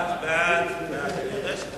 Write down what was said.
התש"ע